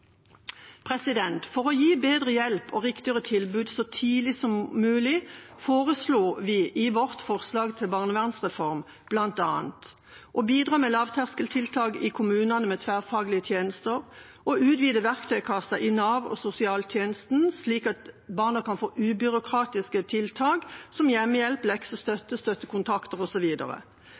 For å gi bedre hjelp og riktigere tilbud så tidlig som mulig foreslo vi i vårt forslag til barnevernsreform bl.a. å bidra med lavterskeltiltak i kommunene med tverrfaglige tjenester å utvide verktøykassa i Nav og sosialtjenesten, slik at barna kan få ubyråkratiske tiltak som hjemmehjelp, leksestøtte, støttekontakter